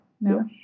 No